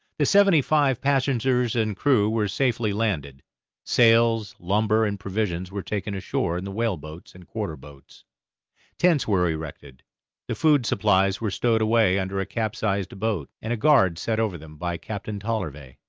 the seventy-five passengers and crew were safely landed sails, lumber, and provisions were taken ashore in the whaleboats and quarter-boats tents were erected the food supplies were stowed away under a capsized boat, and a guard set over them by captain tollervey.